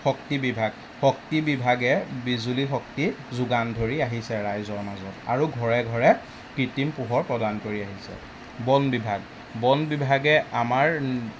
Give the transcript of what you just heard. শক্তি বিভাগ শক্তি বিভাগে বিজুলী শক্তি যোগান ধৰি আহিছে ৰাইজৰ মাজত আৰু ঘৰে ঘৰে কৃত্ৰিম পোহৰ প্ৰদান কৰি আহিছে বন বিভাগ বন বিভাগে আমাৰ